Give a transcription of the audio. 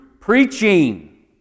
preaching